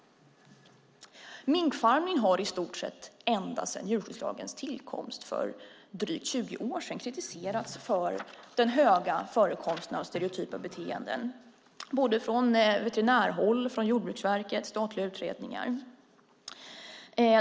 Minkfarmningen har i stort sett ända sedan djurskyddslagens tillkomst för drygt 20 år sedan kritiserats för den höga förekomsten av stereotypa beteenden, både från veterinärhåll, Jordbruksverket och i statliga utredningar.